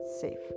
safe